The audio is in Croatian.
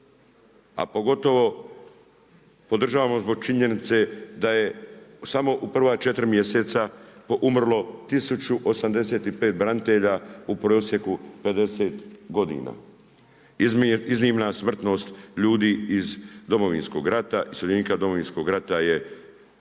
A pogotovo, podržavam vas zbog činjenice daje samo u prva 4 mjeseca, umrlo 1085 branitelja, u prosjeku 50 godina. Iznimna smrtnost ljudi iz Domovinskog rata, iseljenika Domovinskog rata je